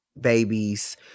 babies